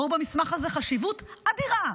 ראו במסמך הזה חשיבות אדירה,